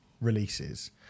releases